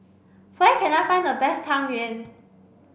where can I find the best Tang Yuen